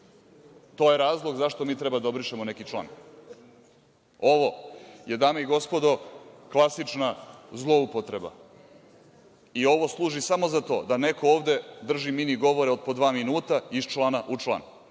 To je razlog zašto mi treba da obrišemo neki član? Dame i gospodo, ovo je klasična zloupotreba i ovo služi samo za to da neko ovde drži mini govore od po dva minuta, iz člana u član.